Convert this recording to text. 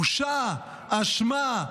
בושה, אשמה,